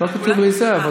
לא כתוב לי זה,